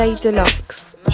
Deluxe